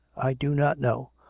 i do not know.